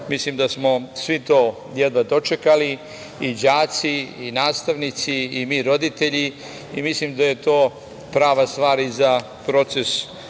Mislim da smo svi to jedva dočekali i đaci, i nastavnici, i mi roditelji. Mislim da je to prava stvar i za proces